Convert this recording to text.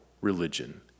religion